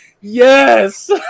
yes